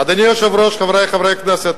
"אדוני היושב-ראש, חברי הכנסת,